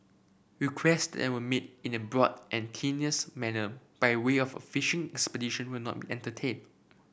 request that are made in a broad and manner by way of a fishing expedition will not entertained